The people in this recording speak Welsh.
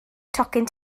tocyn